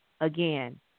again